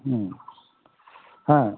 হুম হ্যাঁ